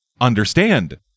understand